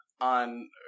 on